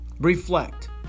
Reflect